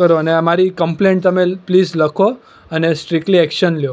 કરો અને આ મારી કમ્પ્લેન તમે પ્લીઝ લખો અને સ્ટ્રીકલી એક્શન લો